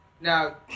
Now